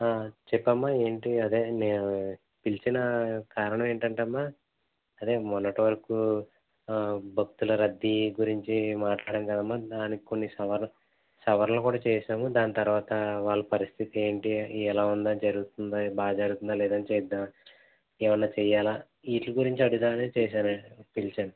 చెప్పమ్మా ఏంటి అదే నేను పిలిచిన కారణం ఏంటంటే అమ్మా అదే మొన్నటి వరకు భక్తుల రద్దీ గురించి మాట్లాడాము కదమ్మా దానికి కొంచెం సవరణలు కూడా చేసాము దాని తరువాత వాళ్ళ పరిస్థితి ఏంటి ఎలా ఉంది జరుగుతుందా బాగా జరుగుతుందా లేదా అని చూద్దాము ఏమైనా చేయాలా వీటి గురించే అడుగుదాము అని చేసాను పిలిచాను